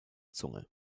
zunge